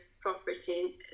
property